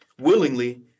willingly